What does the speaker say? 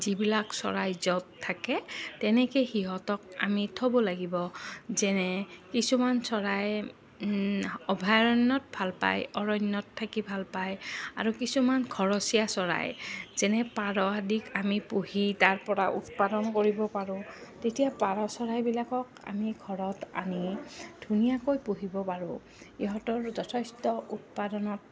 যিবিলাক চৰাই য'ত থাকে তেনেকৈ সিহঁতক আমি থ'ব লাগিব যেনে কিছুমান চৰাই অভয়াৰণ্যত ভাল পায় অৰণ্যত থাকি ভাল পায় আৰু কিছুমান ঘৰচীয়া চৰাই যেনে পাৰ আদিক আমি পুহি তাৰপৰা উৎপাদন কৰিব পাৰোঁ তেতিয়া পাৰ চৰাইবিলাকক আমি ঘৰত আনি ধুনীয়াকৈ পুহিব পাৰোঁ ইহঁতৰ যথেষ্ট উৎপাদনত